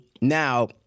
now